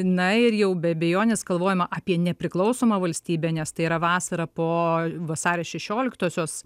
na ir jau be abejonės galvojama apie nepriklausomą valstybę nes tai yra vasara po vasario šešioliktosios